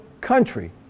country